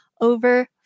over